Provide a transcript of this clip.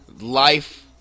life